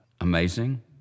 amazing